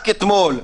רק אתמול,